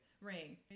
ring